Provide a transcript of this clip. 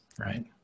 right